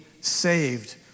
saved